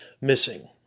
missing